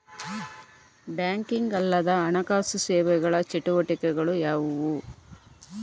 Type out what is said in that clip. Banking ಅಲ್ಲದ ಹಣಕಾಸು ಸೇವೆಗಳ ಚಟುವಟಿಕೆಗಳು ಯಾವುವು?